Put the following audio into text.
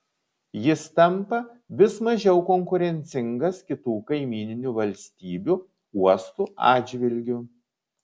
jis tampa vis mažiau konkurencingas kitų kaimyninių valstybių uostų atžvilgiu